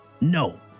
no